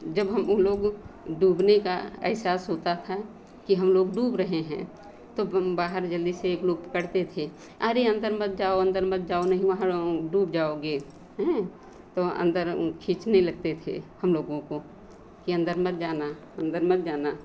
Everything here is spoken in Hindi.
जब हम हम लोग डूबने का एहसास होता था कि हम लोग डूब रहे हैं तो बूम बाहर जल्दी से एक लोग पड़ते थे आरे अंकल मत जाओ अंदर मत जाओ महिमह डूब जाओगे हँ तो अंदर खींचने लगते थे हम लोगों को कि अंदर मत जाना अंदर मत जाना